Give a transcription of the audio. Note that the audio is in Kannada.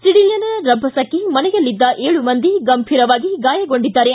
ಸಿಡಿಲಿನ ರಭಸಕ್ಕೆ ಮನೆಯಲ್ಲಿದ್ದ ಏಳು ಮಂದಿ ಗಂಭೀರವಾಗಿ ಗಾಯಗೊಂಡಿದ್ದಾರೆ